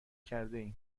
کردهایم